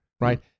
right